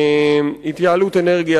התייעלות אנרגיה,